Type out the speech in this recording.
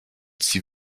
s’il